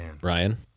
Ryan